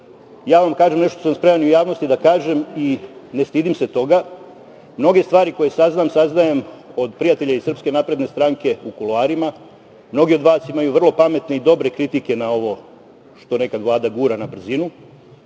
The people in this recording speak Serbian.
vam kažem nešto što sam spreman u javnosti da kažem i ne stidim se toga. Mnoge stvari koje saznam saznajem od prijatelja iz SNS u kuloarima. Mnogi od vas imaju vrlo pametne i dobre kritike na ovo što nekad Vlada gura na brzinu